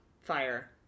fire